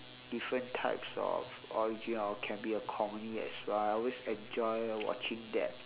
different types of origin or can be a comedy as well I always enjoy watching that ah